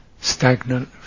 stagnant